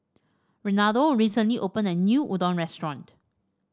Renaldo recently opened a new Udon Restaurant